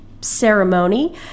ceremony